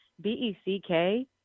B-E-C-K